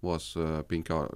vos penkio